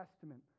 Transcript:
Testament